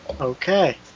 Okay